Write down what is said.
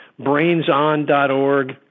BrainsOn.org